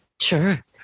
Sure